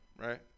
right